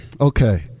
okay